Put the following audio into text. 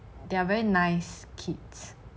they are very nice kids